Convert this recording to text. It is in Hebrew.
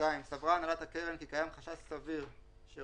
(2)סברה הנהלת הקרן כי קיים חשש סביר שרשות